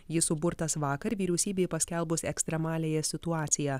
jis suburtas vakar vyriausybei paskelbus ekstremaliąją situaciją